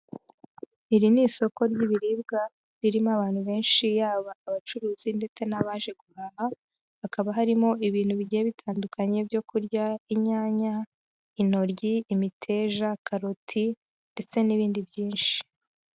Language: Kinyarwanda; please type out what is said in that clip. Iri ni isoko ry'ibiribwa ririmo abantu benshi yaba abacuruzi ndetse n'abaje guhaha, hakaba harimo ibintu bigiye bitandukanye byo kurya, inyanya, intoryi, imiteja, karoti ndetse n'ibindi byinshi.